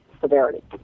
severity